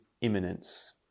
imminence